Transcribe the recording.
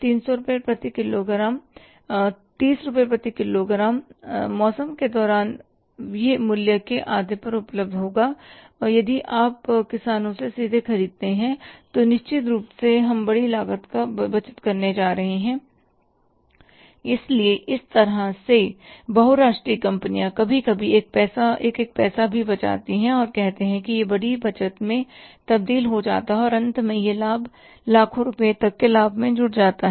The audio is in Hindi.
30 प्रति किग्रा मौसम के दौरान यह मूल्य के आधे पर उपलब्ध होगा और यदि आप किसानों से सीधे खरीदते हैं तो निश्चित रूप से हम बड़ी लागत पर बचत करने जा रहे हैं इसलिए इस तरह से बहु राष्ट्रीय कंपनियाँ कभी कभी एक पैसा भी बचाती हैं और कहते हैं कि यह बड़ी बचत में तब्दील हो जाती है और अंत में यह लाभ लाखों रुपये तक के लाभ में जुड़ जाता है